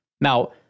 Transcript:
Now